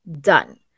done